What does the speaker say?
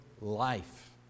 life